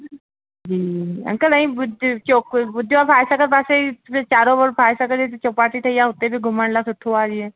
ह्म्म uncle इहे चोकोस ॿुधियो आहे फाइ सागर जे पासे उहे चारों ओर फाइ सागर जे पासे चौपाटी ते वियो आहे उते बि घुमण लाइ सुठो आहे जीअं